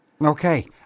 Okay